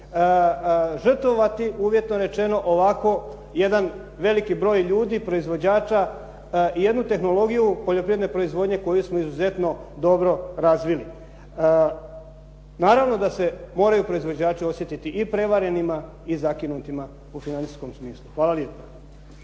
žrtvovati uvjetno rečeno ovako jedan veliki broj ljudi proizvođača i jednu tehnologiju poljoprivredne proizvodnje koju smo izuzetno dobro razvili. Naravno da se moraju proizvođači osjetiti i prevarenima i zakinutima u financijskom smislu. Hvala lijepa.